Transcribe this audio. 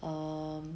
um